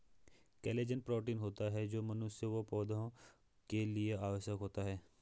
collagen protein होता है जो मनुष्य व पौधा के लिए आवश्यक होता है